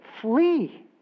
Flee